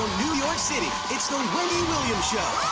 new york city. it's the wendy williams show.